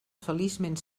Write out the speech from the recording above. feliçment